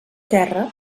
terra